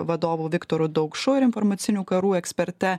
vadovu viktoru daukšu ir informacinių karų eksperte